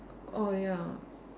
oh ya